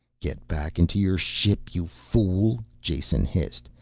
get back into your ship, you fool, jason hissed.